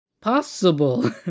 possible